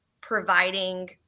providing